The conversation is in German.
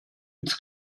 ins